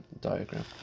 diagram